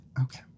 Okay